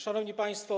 Szanowni Państwo!